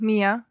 Mia